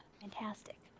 fantastic